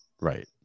Right